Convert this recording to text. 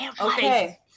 Okay